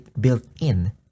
built-in